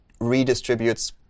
redistributes